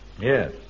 yes